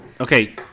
Okay